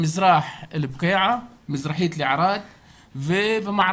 במזרח, אל בקיעה מזרחית לערד ובמערב